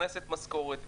נכנסת משכורת,